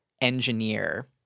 engineer